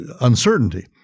uncertainty